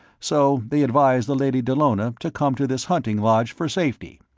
so they advised the lady dallona to come to this hunting lodge for safety.